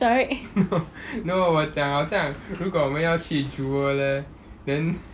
no no 我讲好像如果我们要去 jewel leh then